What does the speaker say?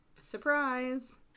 Surprise